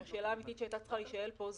השאלה האמיתית שהייתה צריכה להישאל פה,